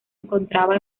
encontraba